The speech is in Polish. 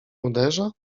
uderza